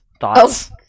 Thoughts